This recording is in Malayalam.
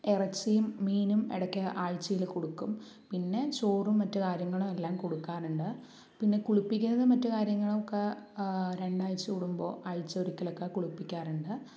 ഇറച്ചിയും മീനും ഇടയ്ക്ക് ആഴ്ചയിൽ കൊടുക്കും പിന്നെ ചോറും മറ്റ് കാര്യങ്ങളും എല്ലാം കൊടുക്കാറുണ്ട് പിന്നെ കുളിപ്പിക്കുന്നത് മറ്റു കാര്യങ്ങളൊക്കെ രണ്ടാഴ്ച്ച കൂടുമ്പോൾ ആഴ്ച്ചയിലൊരിക്കലൊക്കെ കുളിപ്പിക്കാറുണ്ട്